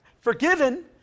Forgiven